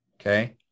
okay